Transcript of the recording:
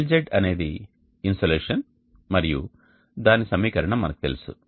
LZ అనేది insolation మరియు దాని సమీకరణం మనకు తెలుసు